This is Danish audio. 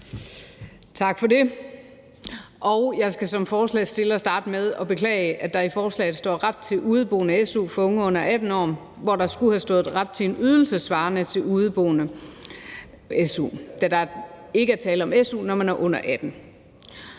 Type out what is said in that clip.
Tak for det. Jeg skal som forslagsstiller starte med at beklage, at der i forslaget står »ret til su som udeboende for studerende øboere under 18 år«, hvor der skulle have stået »ret til en ydelse svarende til den, udeboende under 18 år får«, da der ikke er tale om su, når man er under 18